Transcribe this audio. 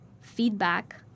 feedback